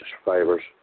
survivors